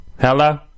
Hello